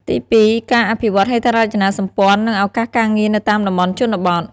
ទីពីរ ការអភិវឌ្ឍន៍ហេដ្ឋារចនាសម្ព័ន្ធ និងឱកាសការងារនៅតាមតំបន់ជនបទ។